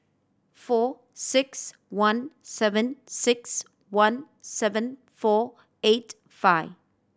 four six one seven six one seven four eight five